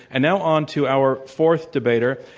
and now on to our fourth debater.